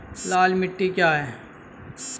लाल मिट्टी क्या है?